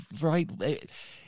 right